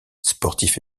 sportif